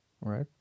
Right